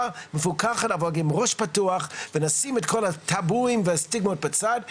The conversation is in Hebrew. מפוקחת אבל עם ראש פתוח ונשים את כל הטבואים והסטיגמות בצד.